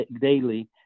daily